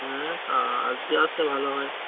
হ্যাঁ আজকে আসলে ভালো হয়